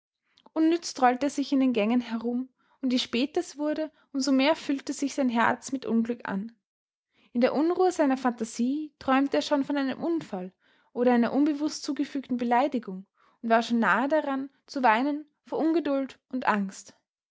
unnütz trollte er sich in den gängen herum und je später es wurde um so mehr füllte sich sein herz mit unglück an in der unruhe seiner phantasie träumte er schon von einem unfall oder einer unbewußt zugefügten beleidigung und war schon nahe daran zu weinen vor ungeduld und angst